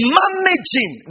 managing